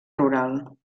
rural